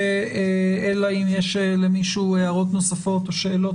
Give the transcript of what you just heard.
אלא אם יש למישהו הערות נוספות או שאלות,